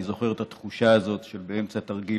אני זוכר את התחושה הזאת שבאמצע תרגיל